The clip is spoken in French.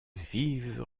vive